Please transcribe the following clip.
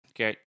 Okay